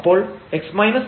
അപ്പോൾ 21λ